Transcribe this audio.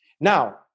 Now